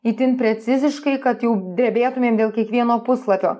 itin preciziškai kad jau drebėtumėm dėl kiekvieno puslapio